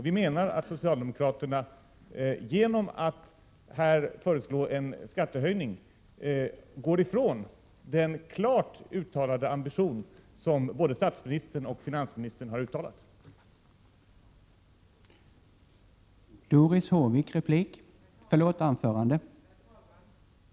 Vi menar att socialdemokraterna, genom att här föreslå en skattehöjning, går ifrån både statsministerns och finansministerns klart uttalade ambition.